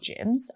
gyms